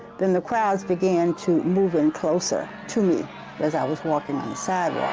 then the crowds began to move in closer to me as i was walking on the sidewalk.